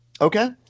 Okay